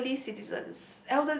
elderly citizens